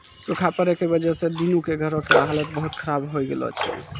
सूखा पड़ै के वजह स दीनू के घरो के हालत बहुत खराब होय गेलो छै